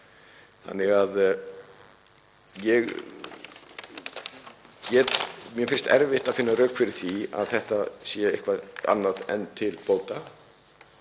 einnig kæranleg. Mér finnst erfitt að finna rök fyrir því að þetta sé eitthvað annað en til bóta